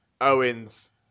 Owens